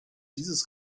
dieses